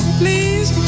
please